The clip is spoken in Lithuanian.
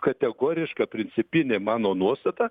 kategoriška principinė mano nuostata